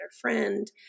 friend